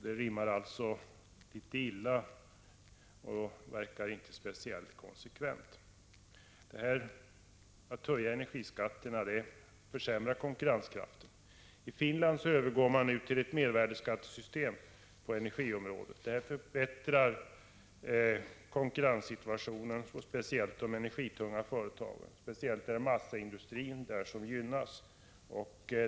Det rimmar alltså litet illa och verkar inte speciellt konsekvent. Att höja energiskatterna försämrar konkurrenskraften. I Finland övergår man nu till ett mervärdeskattesystem på energiområdet. Där förbättras konkurrenssituationen speciellt för de energitunga företagen. Speciellt är det massaindustrin där som gynnas.